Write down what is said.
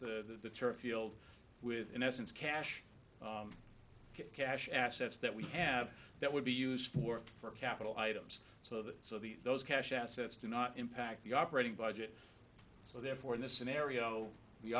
the field with in essence cash cash assets that we have that would be useful for capital items so that so the those cash assets do not impact the operating budget so therefore in this scenario